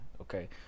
okay